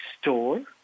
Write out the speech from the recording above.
store